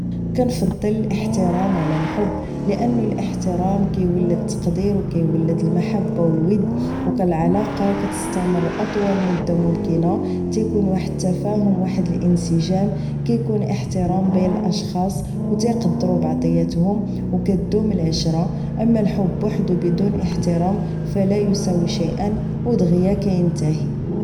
كنفضل الاحترام على الحب لانه الاحترام كيولد التقدير و كيولد المحبة و الود و العلاقة كتستمر اطول مدة ممكنة كيكون واحد التفاهم واحد الانسجام كيكون احترام بين الاشخاص و تيقدرو بعضياتهم و كتدوم العشرة اما الحب بحدو بدون احترام فلا يساوي شيئا و دغيا كينتاهي